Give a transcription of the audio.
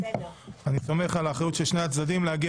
אני סומך על אחריות שני הצדדים להגיע